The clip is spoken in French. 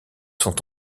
sont